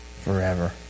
forever